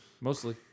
mostly